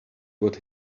what